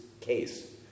case